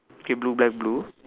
okay blue black blue